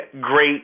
great